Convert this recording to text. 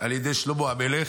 על ידי שלמה המלך.